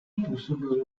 působil